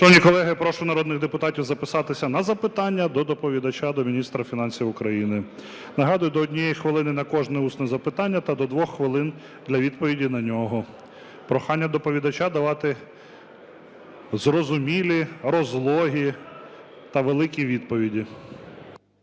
Шановні колеги, прошу народних депутатів записатися на запитання до доповідача до Міністра фінансів України. Нагадую, до 1 хвилини – на кожне усне запитання та до 2 хвилин – для відповіді на нього. Прохання доповідачу давати зрозумілі, розлогі та великі відповіді.